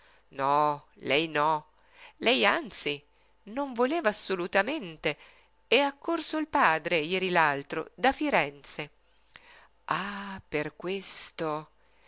no lei no lei anzi non voleva assolutamente è accorso il padre jeri l'altro da firenze ah per questo